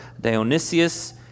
Dionysius